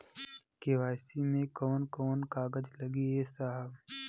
KYC मे कवन कवन कागज लगी ए साहब?